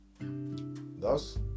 thus